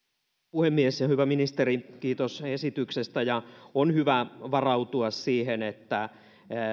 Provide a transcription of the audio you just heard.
puhemies hyvä ministeri kiitos esityksestä on hyvä varautua siihen että